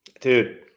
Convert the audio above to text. Dude